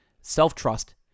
Self-trust